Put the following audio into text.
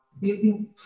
building